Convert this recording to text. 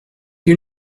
you